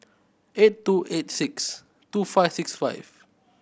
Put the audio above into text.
eight two eight six two five six five